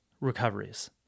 recoveries